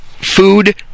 food